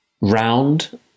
round